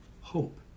hope